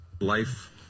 Life